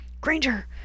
Granger